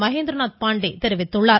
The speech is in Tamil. மகேந்திரநாத் பாண்டே தெரிவித்துள்ளார்